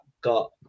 got